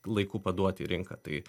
laiku paduoti į rinką tai